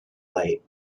light